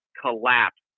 collapsed